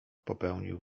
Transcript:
popełnił